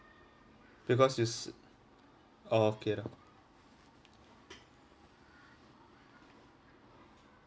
because it's okay lah